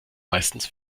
meistens